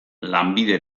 lanbide